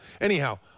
Anyhow